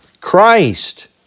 Christ